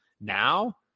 now